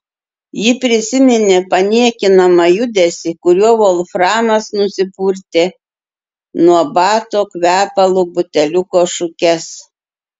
ji prisiminė paniekinamą judesį kuriuo volframas nusipurtė nuo bato kvepalų buteliuko šukes